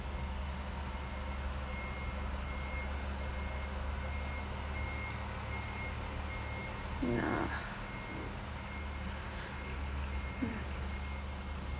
ya